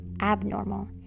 abnormal